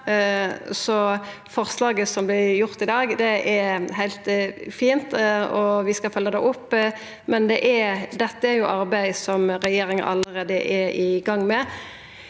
Forslaget som vert vedtatt i dag, er heilt fint, og vi skal følgja det opp, men dette er eit arbeid som regjeringa allereie er i gang med.